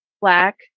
black